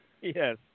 Yes